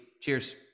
Cheers